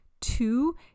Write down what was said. Two